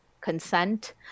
consent